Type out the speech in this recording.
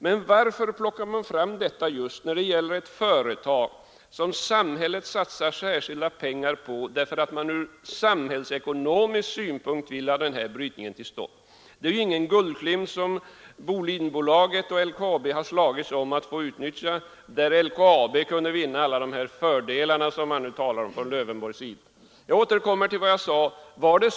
Men varför plockar man fram de här argumenten när det gäller just ett företag som samhället satsar särskilda pengar på därför att vi ur samhällsekonomisk synpunkt vill ha brytningen till stånd? Det är ju ingen guldklimp som Bolidenbolaget och LKAB har slagits om, det är inte fråga om att LKAB skulle kunna vinna alla de här fördelarna som herr Lövenborg talar om. Jag återkommer till vad jag sade förut.